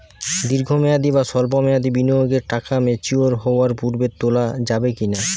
দীর্ঘ মেয়াদি বা সল্প মেয়াদি বিনিয়োগের টাকা ম্যাচিওর হওয়ার পূর্বে তোলা যাবে কি না?